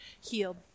healed